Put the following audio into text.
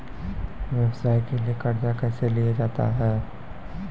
व्यवसाय के लिए कर्जा कैसे लिया जाता हैं?